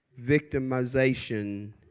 victimization